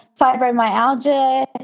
fibromyalgia